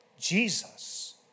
Jesus